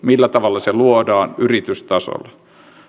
millä tavalla se luodaan yritystasolla